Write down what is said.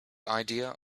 idea